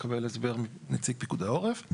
לקבל הסבר מנציג פיקוד העורף.